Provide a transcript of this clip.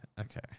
Okay